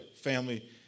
family